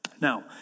Now